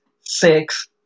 six